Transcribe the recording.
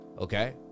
okay